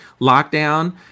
lockdown